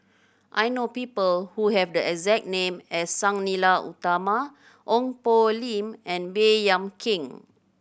I know people who have the exact name as Sang Nila Utama Ong Poh Lim and Baey Yam Keng